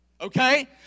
okay